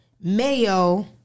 mayo